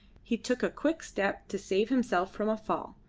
he took a quick step to save himself from a fall,